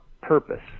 purpose